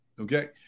Okay